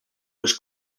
was